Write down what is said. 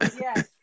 Yes